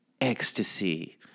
ecstasy